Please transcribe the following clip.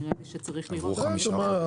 נראה לי שצריך לראות מה אפשר לעשות.